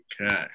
Okay